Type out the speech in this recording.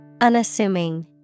Unassuming